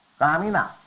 Kamina